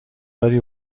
داری